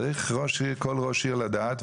צריך כל ראש עיר לדעת,